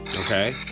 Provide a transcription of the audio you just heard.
Okay